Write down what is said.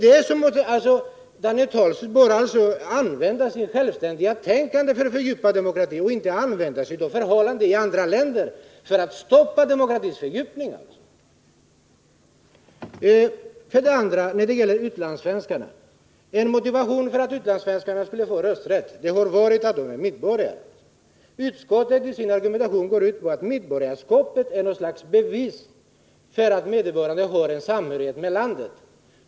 Daniel Tarschys bör alltså använda sitt självständiga tänkande för att fördjupa demokratin i Sverige och inte hänvisa till förhållandena i andra länder för att hindra en fördjupning av demokratin i Sverige. En motivering för att ge utlandssvenskarna rösträtt har varit att de är svenska medborgare. Utskottets argumentation går ut på att medborgarskapet är något slags bevis för att vederbörande har en samhörighet med landet.